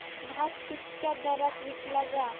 भात कित्क्या दरात विकला जा?